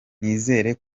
nizere